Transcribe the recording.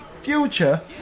Future